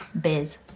Biz